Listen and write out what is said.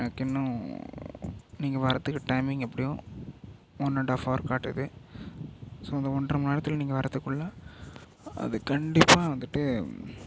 எனக்கு இன்னும் நீங்கள் வரதுக்கு டைமிங் எப்படியும் ஒன் அண்ட் ஆஃப் ஹவர் காட்டுது ஸோ அந்த ஒன்றரை மணி நேரத்தில் நீங்கள் வரதுக்குள்ள அது கண்டிப்பாக வந்துட்டு